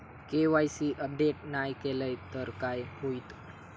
KYC update नाय केलय तर काय होईत?